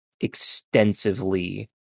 extensively